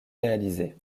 réalisés